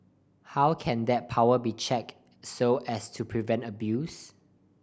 how can that power be checked so as to prevent abuse